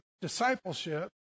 discipleship